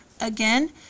Again